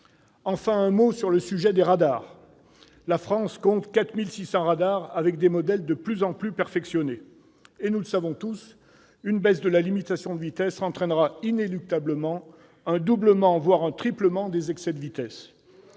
J'en viens aux radars. La France compte 4 600 radars avec des modèles de plus en plus perfectionnés. Oui ! Or, nous le savons tous, une baisse de la limitation de vitesse entraînera inéluctablement un doublement, voire un triplement des excès de vitesse.